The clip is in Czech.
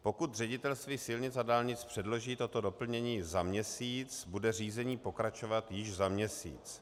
Pokud Ředitelství silnic a dálnic předloží toto doplnění za měsíc, bude řízení pokračovat již za měsíc.